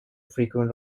frequent